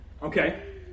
Okay